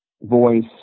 voice